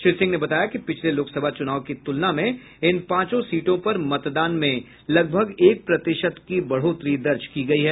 श्री सिंह ने बताया कि पिछले लोकसभा चुनाव की तुलना में इन पांचों सीटों पर मतदान में लगभग एक प्रतिशत की बढोतरी दर्ज की गयी है